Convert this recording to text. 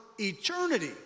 eternity